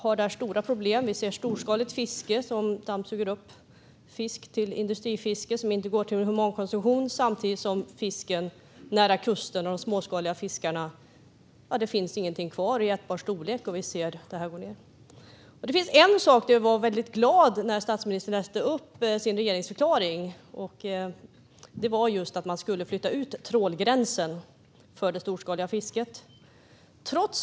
Här finns stora problem med storskaligt fiske som dammsuger upp fisk som går till industri och inte humankonsumtion. Det gör att det inte finns någon fisk kvar till småskaliga fiskare nära kusterna. Jag blev glad när statsministern i sin regeringsförklaring läste upp att trålgränsen för det storskaliga fisket skulle flyttas ut.